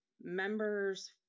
members